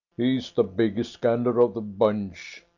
he's the biggest gander of the bunch,